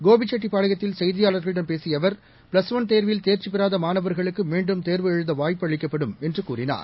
கோபிச்செட்டிப்பாளையத்தில் செய்தியாளர்களிடம் பேசியஅவர் ப்ளஸ் ஒன் தேர்வில் தேர்ச்சிபெறாதமாணவர்களுக்குமீண்டும் தேர்வு எழுதவாய்ப்பு அளிக்கப்படும் என்றுகூறினார்